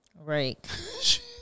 Right